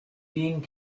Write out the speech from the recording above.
being